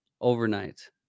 overnight